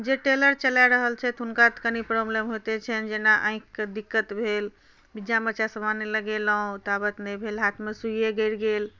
जे टेलर चला रहल छथि हुनका तऽ कनी प्रॉब्लम होइते छनि जेना आँखिके दिक्कत भेल जामे चश्मा नहि लगेलहुँ ताबत नहि भेल हाथमे सुइए गड़ि गेल